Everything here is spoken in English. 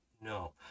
No